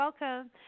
welcome